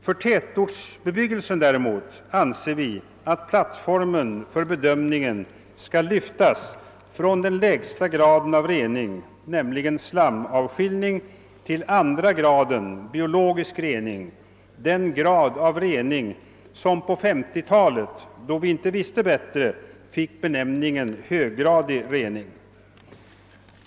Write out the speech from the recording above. För tätortsbebyggelsen däremot anser vi att plattformen för bedömningen skall lyftas från den lägsta graden av rening, nämligen slamavskiljning, till andra graden, nämligen biologisk rening — den grad av rening som på 1950-talet, då vi inte visste bättre, fick benämningen »höggradig rening».